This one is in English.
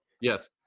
yes